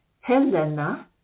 helena